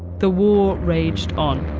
the war raged on.